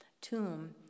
tomb